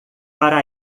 para